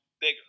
bigger